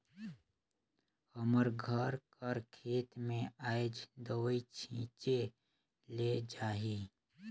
हमर घर कर खेत में आएज दवई छींचे ले जाही